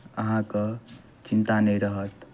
अहाँकेँ चिन्ता नहि रहत